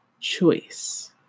choice